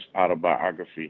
autobiography